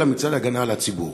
אלא מצד ההגנה על הציבור.